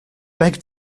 beg